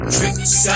Tricks